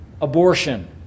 Abortion